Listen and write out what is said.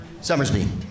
Summersby